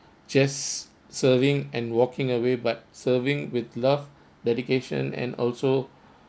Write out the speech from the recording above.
just serving and walking away but serving with love dedication and also